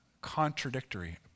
contradictory